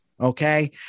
Okay